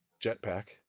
jetpack